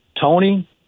Tony